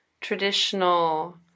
traditional